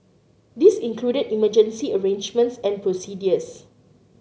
this included emergency arrangements and procedures